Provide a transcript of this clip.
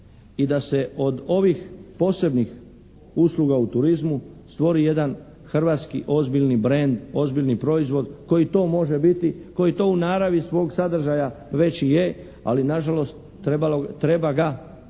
i da se od ovih posebnih usluga u turizmu stvori jedan hrvatski ozbiljni brend, ozbiljni proizvod koji to može biti, koji to u naravi svog sadržaja već je, ali nažalost treba ga jasnije